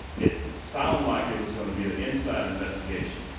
it sounded like it was gonna be an inside investigation.